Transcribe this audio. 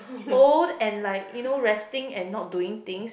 old and like you know resting and not doing things